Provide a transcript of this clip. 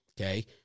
okay